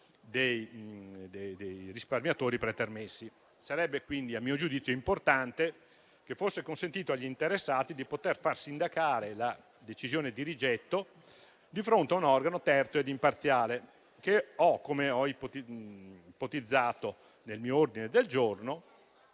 Sarebbe quindi importante - a mio giudizio - che fosse consentito agli interessati di poter far sindacare la decisione di rigetto di fronte a un organo terzo ed imparziale, che - come ho ipotizzato, nel mio ordine del giorno